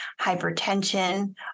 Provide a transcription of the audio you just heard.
hypertension